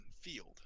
field